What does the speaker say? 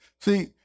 see